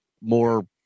more